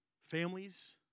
families